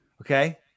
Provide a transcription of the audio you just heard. okay